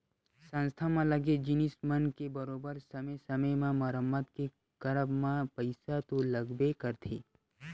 संस्था म लगे जिनिस मन के बरोबर समे समे म मरम्मत के करब म पइसा तो लगबे करथे